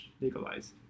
legalized